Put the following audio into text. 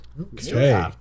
Okay